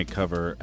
cover